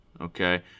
okay